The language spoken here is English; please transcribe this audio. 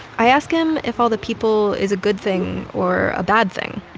i ask him if all the people is a good thing or a bad thing.